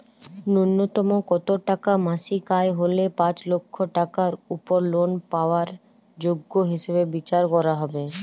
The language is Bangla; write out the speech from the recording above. ন্যুনতম কত টাকা মাসিক আয় হলে পাঁচ লক্ষ টাকার উপর লোন পাওয়ার যোগ্য হিসেবে বিচার করা হবে?